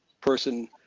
person